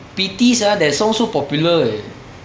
pity sia that song so popular eh